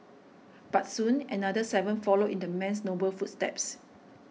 but soon another seven followed in the man's noble footsteps